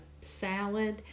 salad